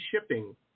shipping